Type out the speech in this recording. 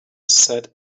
said